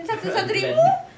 I'll be like